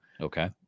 Okay